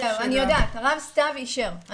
אני יודעת הרב סתיו אישר,